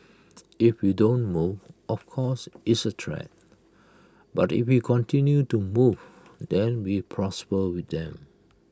if you don't move of course it's A threat but if you continue to move then we prosper with them